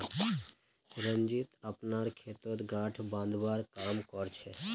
रंजीत अपनार खेतत गांठ बांधवार काम कर छेक